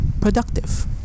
productive